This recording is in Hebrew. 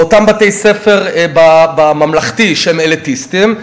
ואותם בתי-ספר בממלכתי שהם אליטיסטיים,